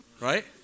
Right